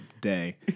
day